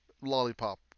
lollipop